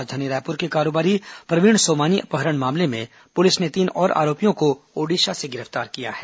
राजधानी रायपुर के कारोबारी प्रवीण सोमानी अपहरण मामले में पुलिस ने तीन और आरोपियों को ओडिशा से गिरफ्तार किया है